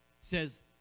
says